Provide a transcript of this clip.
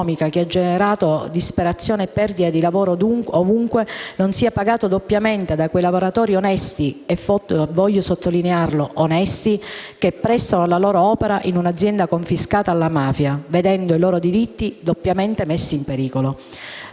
che ha generato disperazione e perdita di lavoro ovunque, non sia pagato doppiamente da quei lavoratori onesti - e voglio sottolinearlo: onesti - che, prestando la loro opera in un'azienda confiscata alla mafia, vedono i loro diritti doppiamente messi in pericolo.